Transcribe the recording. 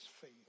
faith